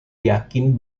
yakin